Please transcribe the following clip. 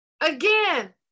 Again